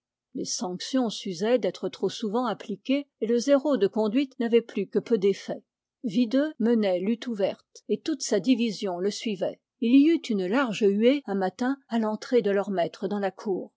les sanctions s'usaient d'être trop souvent appliquées et le zéro de conduite n'avait plus que peu d'effet videux menait lutte ouverte et toute sa division le suivait il y eut une large huée un matin à l'entrée de leur maître dans la cour